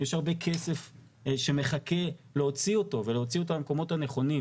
יש הרבה כסף להוציא אותו ולהוציא אותו במקומות הנכונים,